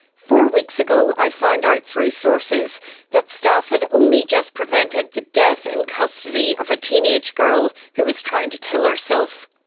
four weeks ago, i found out through sources that staff had only just prevented the death in custody of a teenage girl who was trying kill herself.